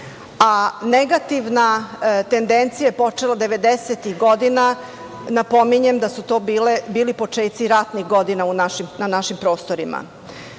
a negativna tendencija je počela 90-tih godina, napominjem da su to bili počeci ratnih godina, na našim prostorima. Nažalost,